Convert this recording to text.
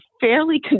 fairly